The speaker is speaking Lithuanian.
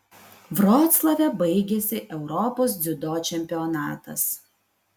vroclave baigėsi europos dziudo čempionatas